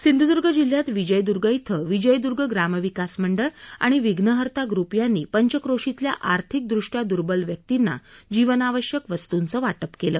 सिंधुदुर्ग जिल्ह्यात विजयदुर्ग ॐ विजयदुर्ग ग्रामविकास मंडळ आणि विघ्नहर्ता ग्रुप यांनी पंचक्रोशीतल्या आर्थिकदृष्ष्या दुर्बल व्यक्तींना जीवनावश्यक वस्तूंचं वाटप करण्यात आलं